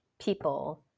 people